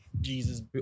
Jesus